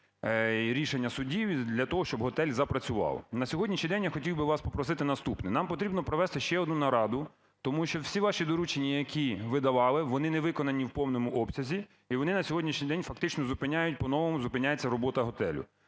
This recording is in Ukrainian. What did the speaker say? рішення судів і для того щоб готель запрацював. На сьогоднішній день я хотів би вас попросити наступне. Нам потрібно провести ще одну нараду, тому що всі ваші доручення, які ви давали, вони не виконані в повному обсязі і вони на сьогоднішній день фактично зупиняють, по-новому зупиняється робота готелю.